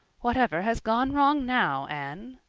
whatever has gone wrong now, anne?